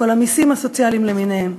כל המסים הסוציאליים למיניהם.